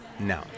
No